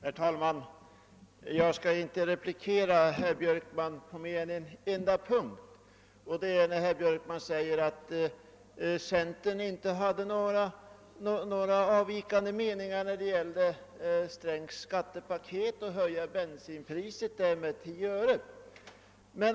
Herr talman! Jag skall inte replikera herr Björkman på mer än en enda punkt. Han påstod att centern inte anmälde några avvikande meningar när det gällde herr Strängs förslag i skattepaketet om en höjning av bensinpriset med 10 öre.